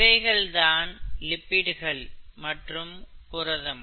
இவைகள்தான் லிப்பிடுகள் மற்றும் புரதம்